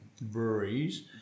breweries